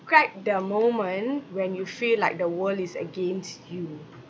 describe the moment when you feel like the world is against you